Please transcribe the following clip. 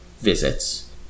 visits